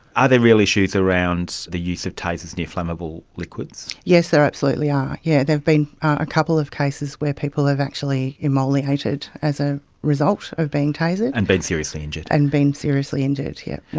are there real issues around the use of tasers near flammable liquids? yes, there absolutely are. yeah there have been a couple of cases where people have actually immolated as a result of being tasered. and been seriously injured. and been seriously injured, yes,